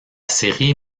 série